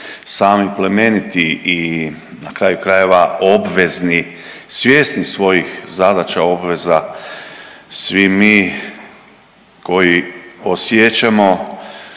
sami plemeniti i na kraju krajeva obvezni, svjesni svojih zadaća i obveza, svi mi koji osjećamo